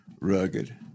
rugged